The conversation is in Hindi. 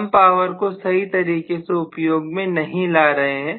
हम पावर को सही तरीके से उपयोग में नहीं ला रहे